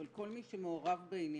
אבל כל מי שמעורב בעניין,